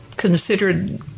considered